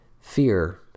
Fear